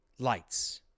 Lights